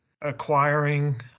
acquiring